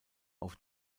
auf